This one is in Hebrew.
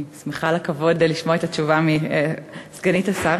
אני שמחה על הכבוד לשמוע את התשובה מסגנית השר.